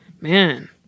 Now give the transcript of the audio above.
man